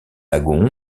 lagon